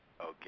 okay